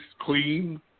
clean